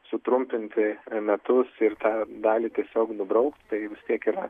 sutrumpinti metus ir tą dalį tiesiog nubraukt tai vis tiek yra